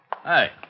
Hey